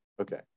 Okay